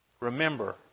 Remember